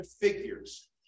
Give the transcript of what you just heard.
figures